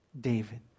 David